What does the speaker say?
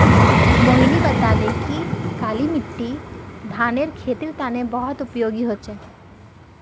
मोहिनी बताले कि काली मिट्टी धानेर खेतीर तने बहुत उपयोगी ह छ